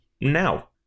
now